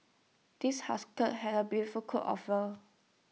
this have beautiful coat of fur